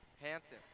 Hansen